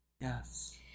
Yes